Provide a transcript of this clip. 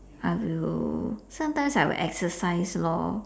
I will sometimes I will exercise lor